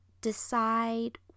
decide